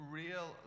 real